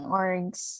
orgs